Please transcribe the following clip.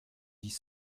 dix